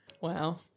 Wow